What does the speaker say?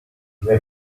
mets